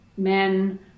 men